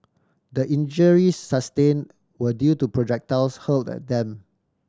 the injuries sustained were due to projectiles hurled at them